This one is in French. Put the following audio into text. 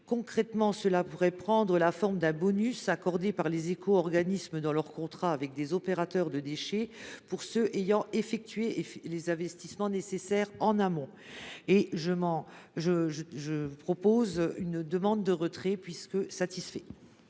Concrètement, cela pourrait prendre la forme d’un bonus accordé par les éco organismes dans leur contrat avec des opérateurs de déchets pour ceux qui ont effectué les investissements nécessaires en amont. C’est pourquoi je demande le retrait de cet